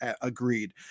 Agreed